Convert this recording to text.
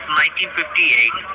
1958